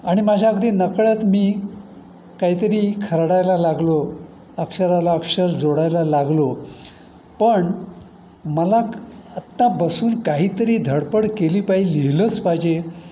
आणि माझ्या अगदी नकळत मी काहीतरी खरडायला लागलो अक्षराला अक्षर जोडायला लागलो पण मला आत्ता बसून काहीतरी धडपड केली पाहिजे लिहिलंच पाहिजे